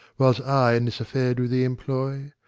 whiles i in this affair do thee employ,